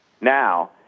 now